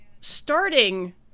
starting